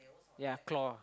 yea claw